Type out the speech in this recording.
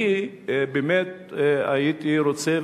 אני באמת הייתי רוצה,